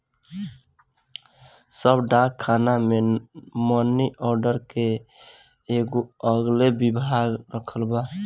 सब डाक खाना मे मनी आर्डर के एगो अलगे विभाग रखल बा